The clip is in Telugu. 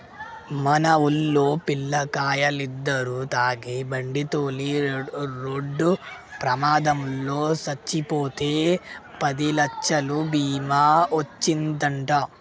మన వూల్లో పిల్లకాయలిద్దరు తాగి బండితోలి రోడ్డు ప్రమాదంలో సచ్చిపోతే పదిలచ్చలు బీమా ఒచ్చిందంట